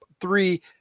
three